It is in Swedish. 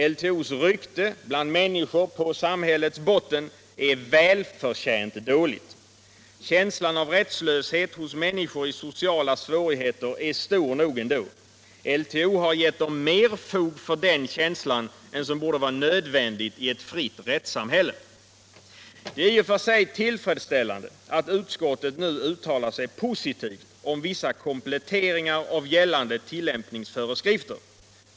LTO:s rykte bland människor på samhällets botten är välförtjänt dåligt. Känslan av rättslöshet hös miänniskor I sociala svårigheter är stor nog ändå. LTO har gett dem mer fog för den känslan än som borde vara nödvändigt i ett fritt rättssamhälle. Det är i och för sig tillfredsställande att utskottet nu uttalar sig positivt om vissa kompletteringar av gällande tillämpningsföreskrifter.